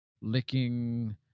licking